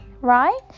right